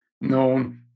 known